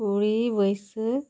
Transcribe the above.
ᱠᱩᱲᱤ ᱵᱟᱹᱭᱥᱟᱹᱠ